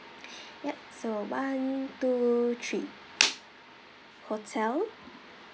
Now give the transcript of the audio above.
yup so one two three hotel